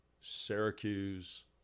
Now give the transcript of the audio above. Syracuse